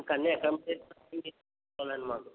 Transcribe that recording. మాకన్నీ accommodation అన్నీ మీరే చూడాలండి మాకు